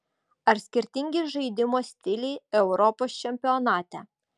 ar skirtingi žaidimo stiliai europos čempionate